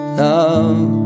love